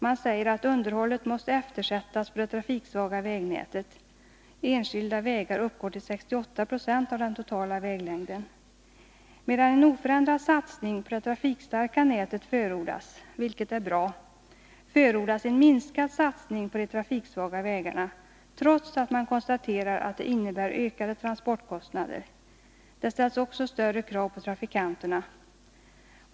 Man säger att underhållet måste eftersättas på det trafiksvaga vägnätet — enskilda vägar uppgår till 68 26 av den totala väglängden. Medan en oförändrad satsning på det trafikstarka vägnätet förordas, vilket är bra, förordas en minskad satsning på de trafiksvaga vägarna, trots att man konstaterar att det innebär ökade transportkostnader. Det ställs också större krav på trafikanterna.